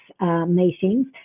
meetings